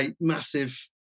massive